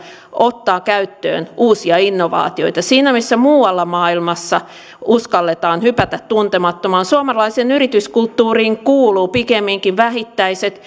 ottamaan käyttöön uusia innovaatioita siinä missä muualla maailmassa uskalletaan hypätä tuntemattomaan suomalaiseen yrityskulttuuriin kuuluvat pikemminkin vähittäiset